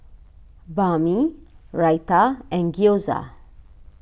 Banh Mi Raita and Gyoza